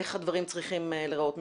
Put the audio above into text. איך הדברים צריכים להיראות.